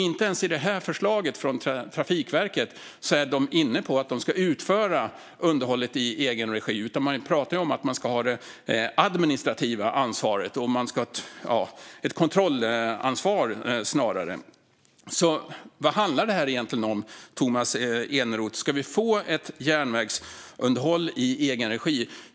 Inte ens i det här förslaget från Trafikverket är de inne på att de ska utföra underhållet i egen regi, utan man pratar om att man ska ha det administrativa ansvaret och snarare ett kontrollansvar. Vad handlar det här egentligen om, Tomas Eneroth? Ska vi få ett järnvägsunderhåll i egen regi?